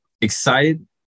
excited